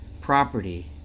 property